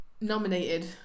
nominated